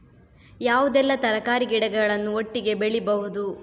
ಯಾವುದೆಲ್ಲ ತರಕಾರಿ ಗಿಡಗಳನ್ನು ಒಟ್ಟಿಗೆ ಬೆಳಿಬಹುದು?